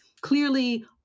clearly